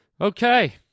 Okay